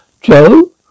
Joe